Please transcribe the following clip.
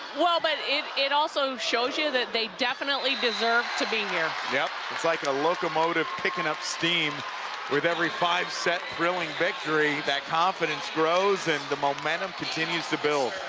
well, but it it also shows you that they definitely deserve to be here. yep. it's like a locomotive picking up steam with every five-set thrilling victory. that confidence grows and the momentum continues to build.